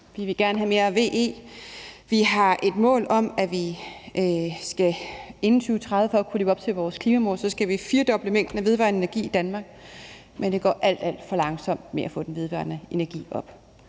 Vi vil gerne have mere VE. Vi har et mål om, at vi inden 2030 for at kunne leve op til vores klimamål skal firdoble mængden af vedvarende energi i Danmark, men det går alt, alt for langsomt med at få den vedvarende energi op.